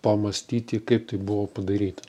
pamąstyti kaip tai buvo padaryta